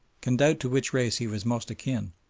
can doubt to which race he was most akin,